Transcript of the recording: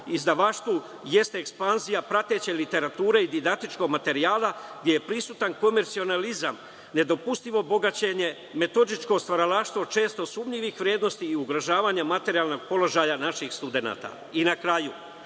izdavaštvu jeste ekspanzija prateće literature i didaktičkog materijala gde je prisutan komercionalizam, nedopustivo bogaćenje, metodičko stvaralaštvo često sumnjivih vrednosti i ugrožavanje materijalnog položaja naših studenata.I na kraju